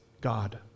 God